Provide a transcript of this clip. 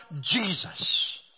Jesus